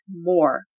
more